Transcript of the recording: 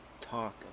Talk